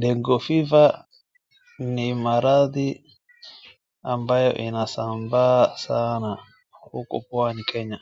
Yellow fever ni maradhi ambayo yanasambaa sana uko pwani kenya